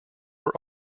were